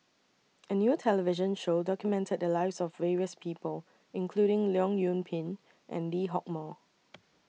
A New television Show documented The Lives of various People including Leong Yoon Pin and Lee Hock Moh